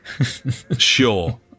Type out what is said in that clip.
sure